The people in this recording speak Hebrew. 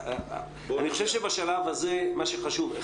אני חושב שבשלב הזה, מה שחשוב זה